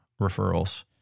referrals